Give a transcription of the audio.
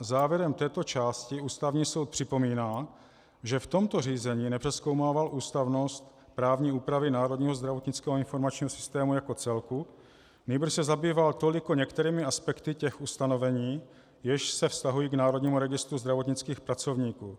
Závěrem této části Ústavní soud připomíná, že v tomto řízení nepřezkoumával ústavnost právní úpravy Národního zdravotnického informačního systému jako celku, nýbrž se zabýval toliko některými aspekty těch ustanovení, jež se vztahují k Národnímu registru zdravotnických pracovníků.